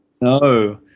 No